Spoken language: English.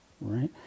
right